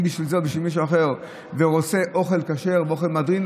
אם בשביל זה או בשביל מישהו אחר הוא רוצה אוכל כשר או אוכל למהדרין,